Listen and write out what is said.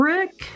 Rick